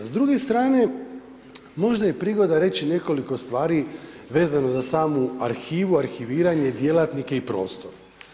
S druge strane, možda je prihoda reći nekoliko stvari vezano za samu arhivu, arhiviranje, djelatnike i prostor.